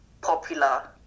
popular